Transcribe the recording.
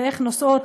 ואיך נוסעות,